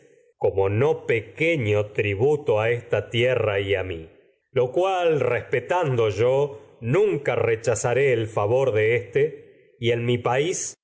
como pequeño tributo a esta tierra y a yo mi lo respetando mi país nunca rechazaré el favor le de éste y en como